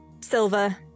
silver